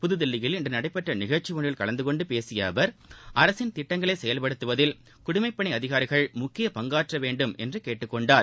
புதுதில்லியில் இன்று நடைபெற்ற நிகழ்ச்சி ஒன்றில் கலந்துகொண்டு பேசிய அவர் அரசின் திட்டங்களை செயல்படுத்துவதில் குடிமைப்பணி அதிகாரிகள் முக்கிய பங்காற்ற வேண்டும் என்று கேட்டுக்கொண்டார்